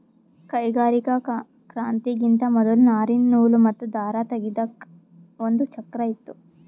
ಕೈಗಾರಿಕಾ ಕ್ರಾಂತಿಗಿಂತಾ ಮೊದಲ್ ನಾರಿಂದ್ ನೂಲ್ ಮತ್ತ್ ದಾರ ತೇಗೆದಕ್ ಒಂದ್ ಚಕ್ರಾ ಇತ್ತು